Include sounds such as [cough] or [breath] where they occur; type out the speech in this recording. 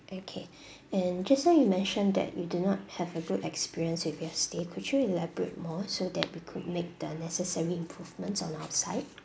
okay [breath] and just now you mentioned that you do not have a good experience with your stay could you elaborate more so that we could make the necessary improvements on our side